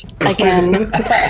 again